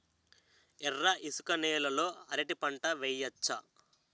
ఎర్ర ఇసుక నేల లో అరటి పంట వెయ్యచ్చా?